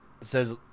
says